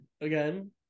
again